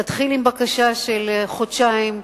תתחיל עם בקשה של חודשיים,